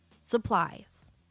supplies